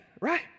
right